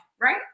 right